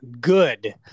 good